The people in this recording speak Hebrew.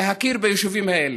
להכיר ביישובים האלה,